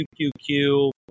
QQQ